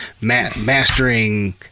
mastering